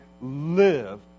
live